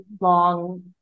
long